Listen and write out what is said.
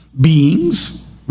beings